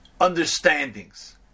understandings